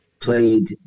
played